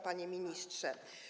Panie Ministrze!